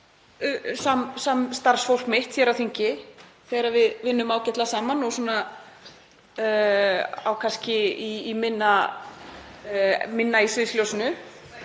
samstarfsfólk mitt hér á þingi, þegar við vinnum ágætlega saman og svona kannski minna í sviðsljósinu,